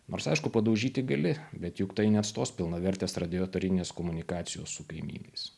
nors aišku padaužyti gali bet juk tai neatstos pilnavertės radiatorinės komunikacijos su kaimynais